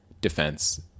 defense